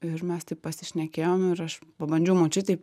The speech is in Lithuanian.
ir mes taip pasišnekėjom ir aš pabandžiau močiutei